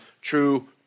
true